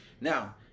Now